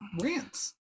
rants